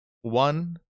One